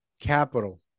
capital